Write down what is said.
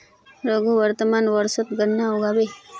रघु वर्तमान वर्षत गन्ना उगाबे